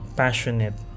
passionate